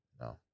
No